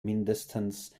mindestens